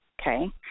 Okay